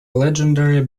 legendary